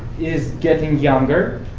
is getting younger.